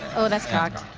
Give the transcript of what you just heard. oh, that's cocked.